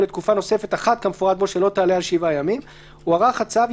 לתקופה נוספת אחת כמפורט בו שלא תעלה על 7 ימים]; הוארך הצו,